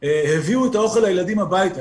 הביאו את האוכל לילדים הביתה,